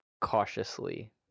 Cautiously